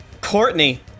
Courtney